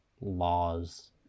laws